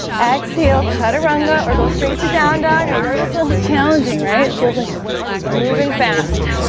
exhale chaturanga or go straight to down dog. i know this one's challenging, right it feels like we're moving fast,